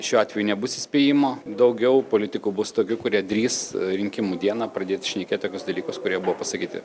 šiuo atveju nebus įspėjimo daugiau politikų bus tokių kurie drįs rinkimų dieną pradėti šnekėt tokius dalykus kurie buvo pasakyti